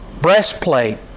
breastplate